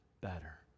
better